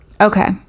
Okay